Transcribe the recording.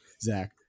zach